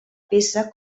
peça